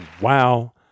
wow